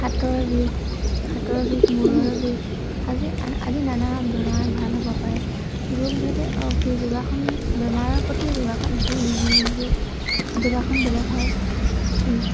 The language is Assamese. হাতৰ বিষ হাতৰ বিষ মূৰৰ বিষ আজি আদি নানা বেমাৰ ভাল হ'ব পাৰে যোগভেদে অঁ কি যোগাসন বেমাৰৰ প্ৰতি যোগাসন যোগ যোগাসন বেলেগ হয়